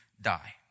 die